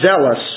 zealous